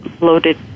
loaded